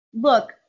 Look